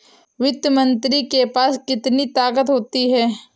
वित्त मंत्री के पास कितनी ताकत होती है?